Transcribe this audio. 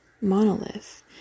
monolith